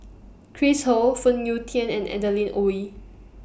Chris Ho Phoon Yew Tien and Adeline Ooi